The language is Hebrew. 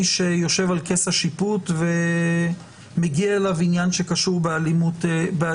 שיושב על כס השיפוט ומגיע אליו עניין שקשור באלימות